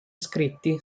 scritti